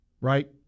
right